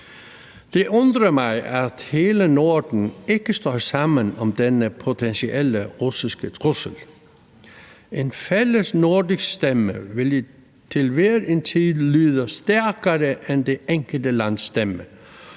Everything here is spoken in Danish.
Det undrer mig, at hele Norden ikke står sammen om denne potentielle russiske trussel. En fælles nordisk stemme ville til hver en tid lyde stærkere end det enkelte lands stemme,